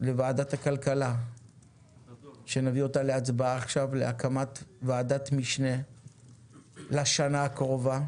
לוועדת הכלכלה בדבר הקמת ועדת משנה לשנה הקרובה